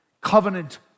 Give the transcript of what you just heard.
Covenant